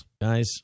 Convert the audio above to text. Guys